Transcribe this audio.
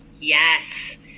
yes